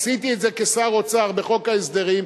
עשיתי את זה כשר אוצר בחוק ההסדרים,